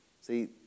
See